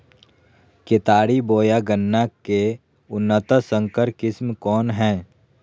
केतारी बोया गन्ना के उन्नत संकर किस्म कौन है?